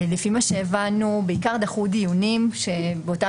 ולפי מה שהבנו בעיקר דחו דיונים באותם